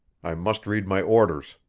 i must read my orders.